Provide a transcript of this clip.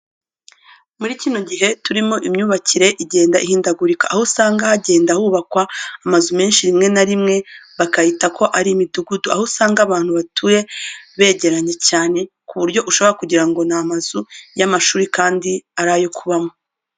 Muri kino gihe turimo imyubakire igenda ihindagurika, aho usanga hagenda hubakwa amazu menshi rimwe na rimwe bakayita ko ari imidugudu, aho usanga abantu batuye begeranye cyane ku buryo ushobora kugira ngo ni amazu y'amashuri kandi ari ayo kubamo.